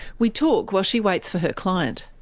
we talk while she waits for her client.